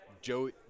Joey